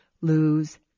lose